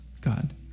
God